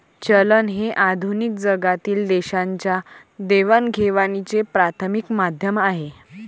चलन हे आधुनिक जगातील देशांच्या देवाणघेवाणीचे प्राथमिक माध्यम आहे